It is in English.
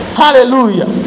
hallelujah